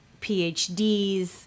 PhDs